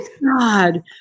God